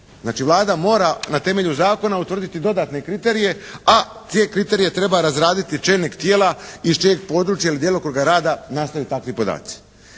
Vlada mora na temelju zakona utvrditi dodatne kriterije, a te kriterije treba razraditi čelnik tijela iz čijeg područja ili djelokruga rada nastaju takvi podaci.